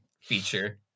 feature